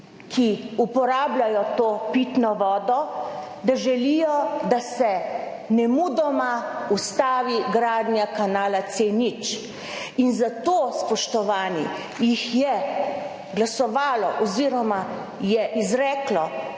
ki uporabljajo to pitno vodo, da želijo, da se nemudoma ustavi gradnja kanala C0. In za to, spoštovani, jih je glasovalo oziroma je izreklo